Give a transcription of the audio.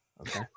okay